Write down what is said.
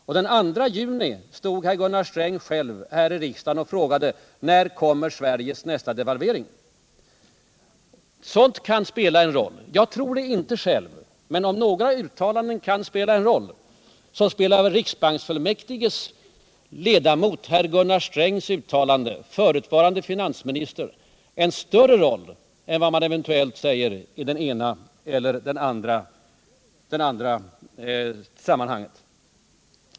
Och den 2 juni stod herr Gunnar Sträng här i riksdagen och frågade: När kommer Sveriges nästa devalvering? Sådant kan spela en roll. Jag tror det inte själv, men om några uttalanden kan spela en roll, så spelar uttalanden av ledamoten av riksbanksfullmäktige, förutvarande finansministern herr Gunnar Sträng, en större roll än andras eventuella uttalanden i det ena eller andra sammanhanget.